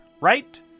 right